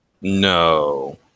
No